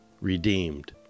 redeemed